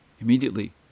Immediately